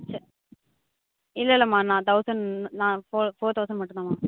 சரி இல்லைல்லம்மா நான் தௌசண்ட் நான் ஃபோர் ஃபோர் தௌசண்ட் மட்டும்தாம்மா